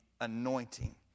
anointing